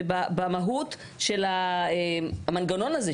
במהות של המנגנון הזה,